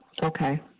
Okay